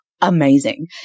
amazing